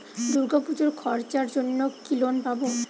দূর্গাপুজোর খরচার জন্য কি লোন পাব?